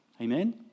Amen